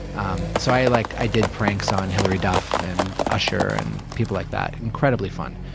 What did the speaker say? um so i like i did pranks on hillary duff, and usher, and people like that incredibly fun.